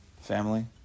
family